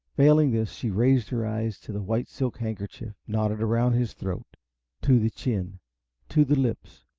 failing this, she raised her eyes to the white silk handkerchief knotted around his throat to the chin to the lips,